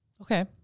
Okay